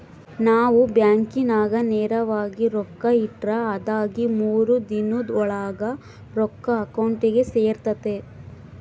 ನಾವು ಬ್ಯಾಂಕಿನಾಗ ನೇರವಾಗಿ ರೊಕ್ಕ ಇಟ್ರ ಅದಾಗಿ ಮೂರು ದಿನುದ್ ಓಳಾಗ ರೊಕ್ಕ ಅಕೌಂಟಿಗೆ ಸೇರ್ತತೆ